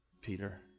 Peter